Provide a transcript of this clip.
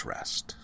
Rest